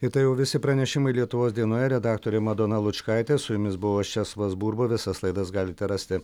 ir tai jau visi pranešimai lietuvos dienoje redaktorė madona lučkaitė su jumis buvo česlovas burba visas laidas galite rasti